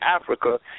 Africa